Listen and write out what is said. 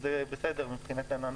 וזה בסדר מבחינתנו.